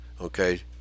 okay